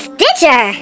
Stitcher